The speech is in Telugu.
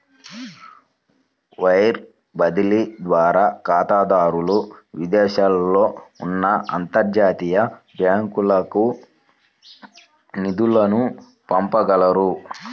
వైర్ బదిలీ ద్వారా ఖాతాదారులు విదేశాలలో ఉన్న అంతర్జాతీయ బ్యాంకులకు నిధులను పంపగలరు